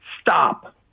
Stop